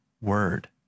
word